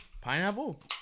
Pineapple